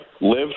live